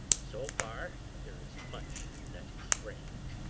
so far there is much that is strange.